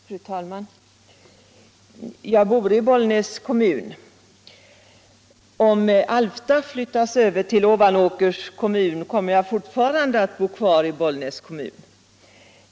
Fru talman! Jag bor i Bollnäs kommun. Om Alfta flyttas över till Ovanåkers kommun, kommer jag fortfarande att bo kvar i Bollnäs kommun.